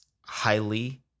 highly